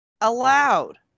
allowed